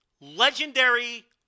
Legendary